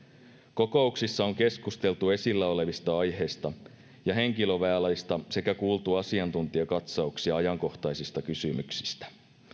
kokouksissa on keskusteltu esillä olevista aiheista ja henkilövaaleista sekä kuultu asiantuntijakatsauksia ajankohtaisista kysymyksistä